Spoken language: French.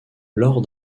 lors